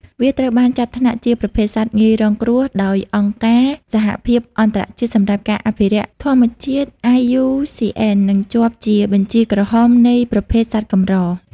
វាត្រូវបានចាត់ថ្នាក់ជាប្រភេទសត្វ ងាយរងគ្រោះ ដោយអង្គការ សហភាពអន្តរជាតិសម្រាប់ការអភិរក្សធម្មជាតិ (IUCN) និងជាប់ជាបញ្ជីក្រហមនៃប្រភេទសត្វកម្រ។